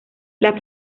las